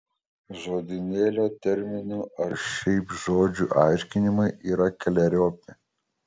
žodynėlio terminų ar šiaip žodžių aiškinimai yra keleriopi